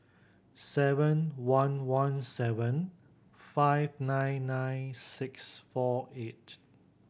seven one one seven five nine nine six four eight